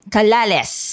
Kalales